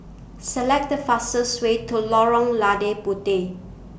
Select The fastest Way to Lorong Lada Puteh